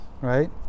right